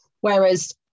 Whereas